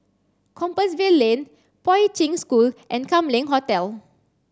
Compassvale Lane Poi Ching School and Kam Leng Hotel